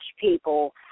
people